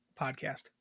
podcast